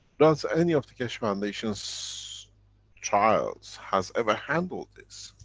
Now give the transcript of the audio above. does any of the keshe foundation's trials has ever handled this?